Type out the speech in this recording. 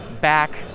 back